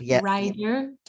writer